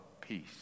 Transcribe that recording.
peace